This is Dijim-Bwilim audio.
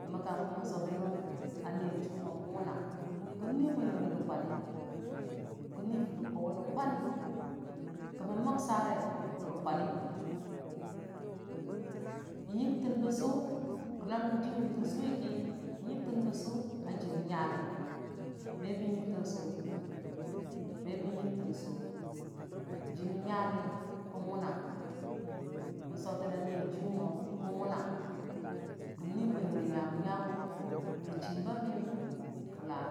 me kəmmən sotəna Niiyajiiyʊ mo kən wəna kənnyi bwiləmri rə kwani, kənni furdə kwauwʊn rə kwani kəmmən məksare rə kwani n'yingtən bə n'ying tənbə sʊ a jii mən nyarə mebon hing tənsʊ me bən hingtən sʊ jii mənyarə kən wʊna mən soləna niiyajiiyʊ mo kən wʊna kən nyi bwiləmri nyagʊ-nyagʊ rə chimba miyəm